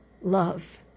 love